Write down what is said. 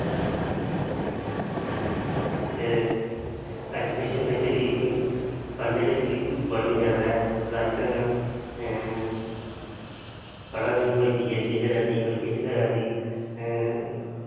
ते ऐजुकेशन बिच्च बी पढ़ने बिच्च बी बड़ियां ज्यादा लाइक न पढ़ा दियां कोई पी एच डी करा दी कोई किश करा दी